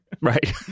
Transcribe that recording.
Right